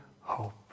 hope